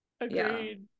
agreed